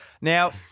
Now